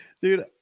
dude